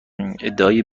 ادعای